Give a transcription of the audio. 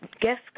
Guest